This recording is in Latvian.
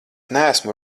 neesmu